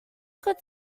could